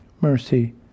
mercy